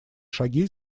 шаги